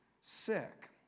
sick